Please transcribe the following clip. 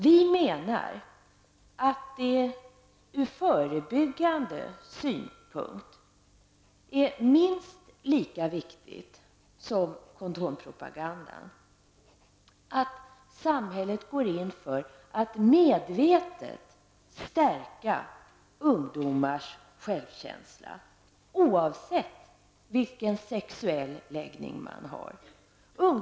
Vi menar att det ur förebyggande synpunkt är minst lika viktigt som kondompropagandan att samhället går in för att medvetet förstärka ungdomars självkänsla, oavsett vilken sexuell läggning dessa har.